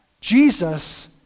Jesus